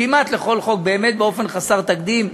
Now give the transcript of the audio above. כמעט לכל חוק, באמת, באופן חסר תקדים,